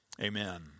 Amen